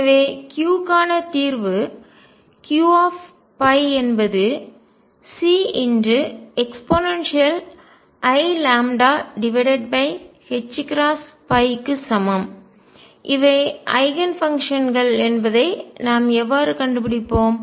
எனவே Q க்கான தீர்வு Q என்பது Ceiλℏ க்கு சமம் இவை ஐகன்ஃபங்க்ஷன்கள் என்பதை நாம் எவ்வாறு கண்டுபிடிப்போம்